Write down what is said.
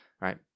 Right